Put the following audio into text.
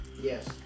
Yes